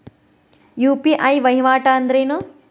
UPI ವಹಿವಾಟ್ ಅಂದ್ರೇನು?